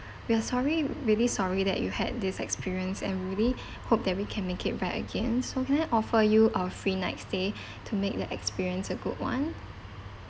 we are sorry really sorry that you had this experience and really hope that we can make it right again so can I offer you a free night stay to make that experience a good [one]